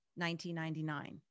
1999